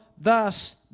Thus